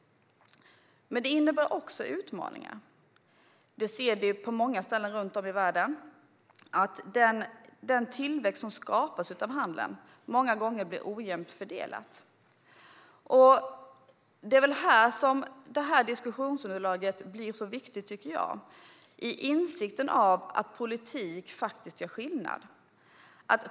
Men det innebär också utmaningar. På många ställen runt om i världen kan vi se att den tillväxt som skapas av handeln blir ojämnt fördelad. Det är här som diskussionsunderlaget blir viktigt. Det handlar om insikten om att politik gör skillnad.